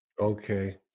Okay